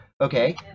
Okay